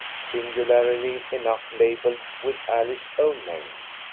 singularly enough labelled with alice's own name.